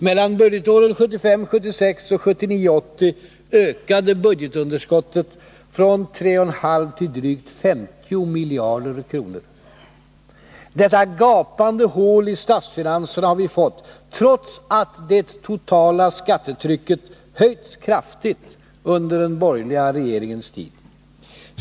Mellan budgetåren 1975 80 ökade budgetunderskottet från 3,5 till drygt 50 miljarder kronor. Detta gapande hål i statsfinanserna har vi fått trots att det totala skattetrycket höjts kraftigt under den borgerliga regeringens tid.